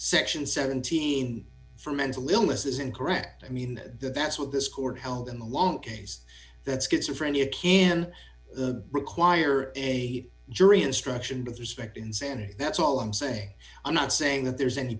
section seventeen for mental illness is incorrect i mean that's what this court held in the long case that schizophrenia can require a jury instruction but respect insanity that's all i'm saying i'm not saying that there's any